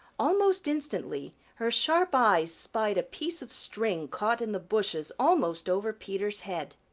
almost instantly her sharp eyes spied a piece of string caught in the bushes almost over peter's head.